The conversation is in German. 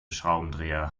schraubendreher